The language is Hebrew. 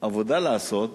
עבודה לעשות,